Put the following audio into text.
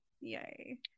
Yay